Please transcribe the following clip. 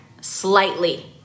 slightly